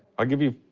i'll give you